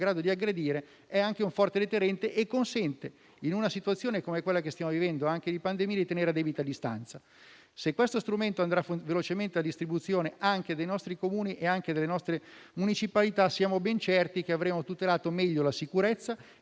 grado di aggredire è anche un forte deterrente e consente, in una situazione come quella che stiamo vivendo (anche per quanto riguarda la pandemia), di tenerlo a debita distanza. Se questo strumento sarà velocemente distribuito anche ai nostri Comuni e alle nostre municipalità, saremo ben certi di aver tutelato meglio la sicurezza e